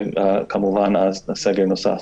ואז כמובן נעשה סגר נוסף.